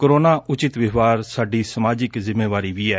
corona ਉਚਿਤ ਵਿਵਹਾਰ ਸਾਡੀ ਸਮਾਜਿਕ ਜਿੰਮੇਵਾਰੀ ਵੀ ਐ